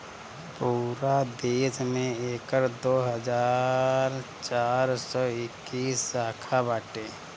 पूरा देस में एकर दो हज़ार चार सौ इक्कीस शाखा बाटे